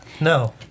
No